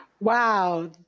Wow